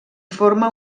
forma